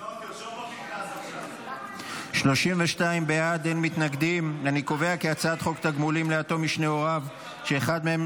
את הצעת חוק תגמולים ליתום משני הוריו שאחד מהם